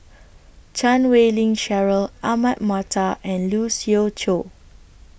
Chan Wei Ling Cheryl Ahmad Mattar and Lee Siew Choh